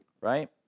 right